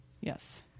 Yes